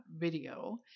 video